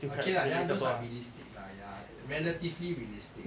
okay lah that [one] those are realistic lah !aiya! relatively realistic